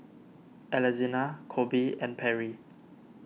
Alexina Colby and Perry